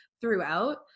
throughout